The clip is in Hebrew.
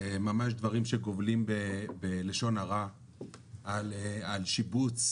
ממש דברים שגובלים בלשון הרע על שיבוץ